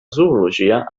zoologia